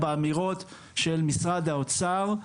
זה חסר באמירות של משרד האוצר.